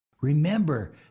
Remember